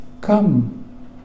come